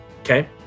okay